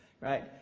right